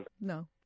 No